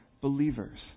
believers